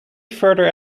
further